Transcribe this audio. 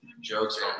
Jokes